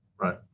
right